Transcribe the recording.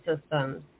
systems